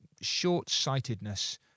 short-sightedness